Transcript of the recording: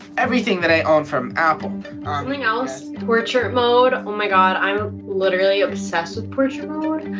everything that i own from apple something else portrait mode. oh, my god, i'm literally obsessed with portrait mode.